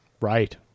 right